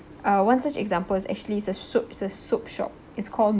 uh one such example is actually is a souq it's a souq shop it's called